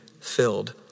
filled